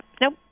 nope